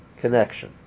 connection